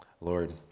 Lord